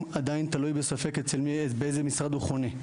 עדיין תלוי בספק אצל באיזה משרד הוא חונה,